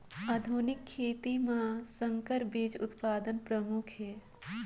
आधुनिक खेती म संकर बीज उत्पादन प्रमुख हे